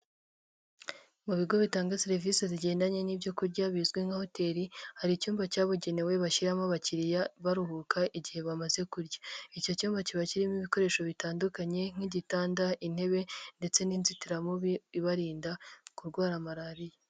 Mu bigo bitanga serivisi zigendanye n'ibyo kurya bizwi nka hoteli, hari icyumba cyabugenewe bashyiramo abakiriya baruhuka igihe bamaze kurya, icyo cyumba kiba kirimo ibikoresho bitandukanye nk'igitanda, intebe ndetse n'inzitiramubu ibarinda kurwara malariya.